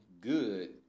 Good